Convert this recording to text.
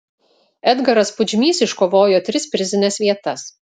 edgaras pudžmys iškovojo tris prizines vietas